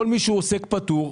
כל מי שהוא עוסק פטור,